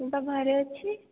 ମୁଁ ତ ଘରେ ଅଛି